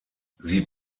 sie